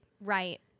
Right